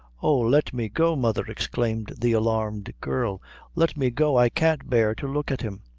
oh! let me go, mother, exclaimed the alarmed girl let me go i can't bear to look at him.